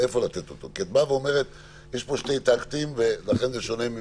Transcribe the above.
את אומרת שיש פה שני טקטים ולכן זה שונה.